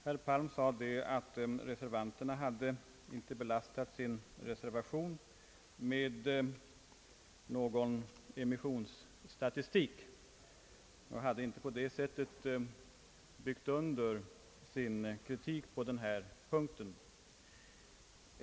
Herr Palm sade att reservanterna inte hade belastat sin reservation med någon emissionsstatistik och inte på det sättet hade byggt under sin kritik på den här punkten.